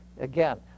again